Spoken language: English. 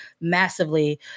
massively